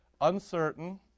Uncertain